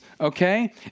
okay